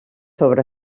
sobre